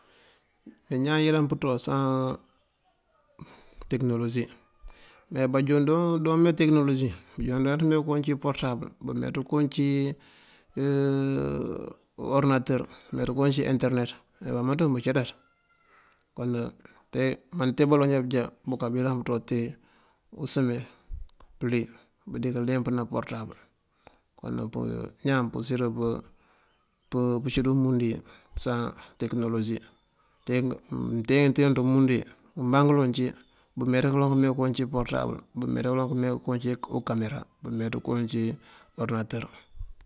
Ñáan yëla pëţoo san tekënolosi me bajoon doome tekënolosia, bajoon dooţëme ko unciwi uporëtabël bëmeţ ko unciwi uworënatër. bëmeţ ko unciwi interënet. me bamënţ ukuŋ bëcaţat kon mate baloŋ ja bëja bëyëlan pëţua te usëmen, pëlí bëdikaleempëna uporëtabël kon, ñáan purësir pëci di umundu wi san tekënolosi mte- këte ţi umundu wi ngëbangëlon ci bëmeţ kalon këme ko unciwi uporëtabël bëmeţ kalon këme ko unciwi ukamera bëmeţ ko unciwi uworënatër.